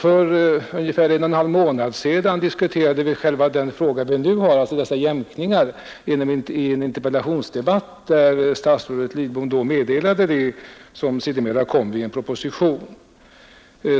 För ungefär en och en halv månad sedan diskuterade vi också frågan om dessa jämkningar i en interpellationsdebatt där statsrådet Lidbom lämnade meddelande om det som sedermera kom i form av en proposition.